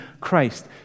Christ